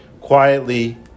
quietly